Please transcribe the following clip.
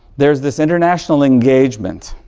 there's this international engagement.